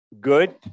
good